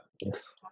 Yes